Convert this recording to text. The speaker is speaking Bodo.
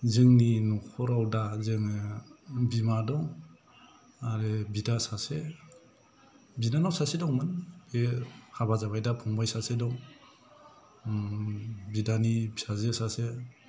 जोंनि न'खराव दा जोङो बिमा दं आरो बिदा सासे बिनानाव सासे दंमोन बियो हाबा जाबाय दा फंबाय सासे दं बिदानि फिसाजो सासे